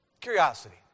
Curiosity